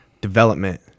development